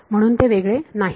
म्हणून ते वेगळे नाहीत